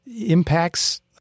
impacts